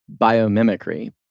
biomimicry